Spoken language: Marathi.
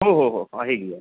हो हो हो आहे गिया